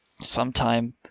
Sometime